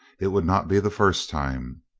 it would not be the first time.